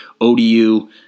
ODU